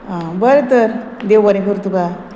आं बरें तर देव बरें कर तुका